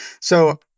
So-